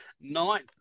ninth